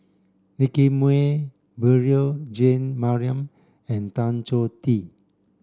Nicky Moey Beurel Jean Marie and Tan Choh Tee